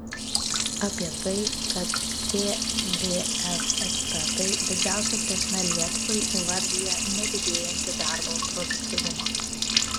apie tai kad tvf ekspertai didžiausia grėsme lietuvai įvardija nedidėjantį darbo produktyvumą